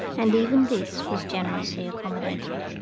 and even this was generously accommodated.